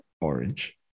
orange